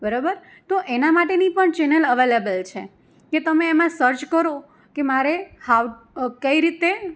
બરાબર તો એના માટેની પણ ચેનલ અવેલેબલ છે કે તમે એમાં સર્ચ કરો કે મારે હાઉ કઈ રીતે